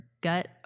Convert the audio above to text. gut